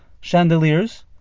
chandeliers